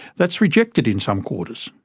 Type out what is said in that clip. that's rejected in some quarters.